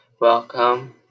welcome